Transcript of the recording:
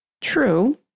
True